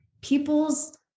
people's